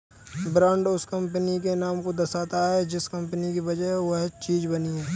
brand उस company के नाम को दर्शाता है जिस कंपनी की वह चीज बनी है